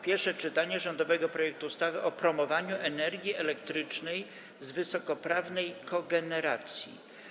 Pierwsze czytanie rządowego projektu ustawy o promowaniu energii elektrycznej z wysokosprawnej kogeneracji.